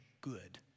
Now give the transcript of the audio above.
good